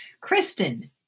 Kristen